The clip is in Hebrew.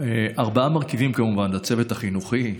ארבעה מרכיבים: הצוות החינוכי,